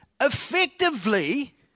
Effectively